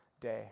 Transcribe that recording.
day